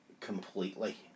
completely